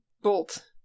bolt